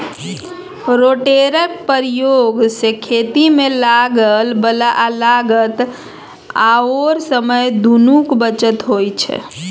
रोटेटरक प्रयोग सँ खेतीमे लागय बला लागत आओर समय दुनूक बचत होइत छै